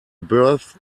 birth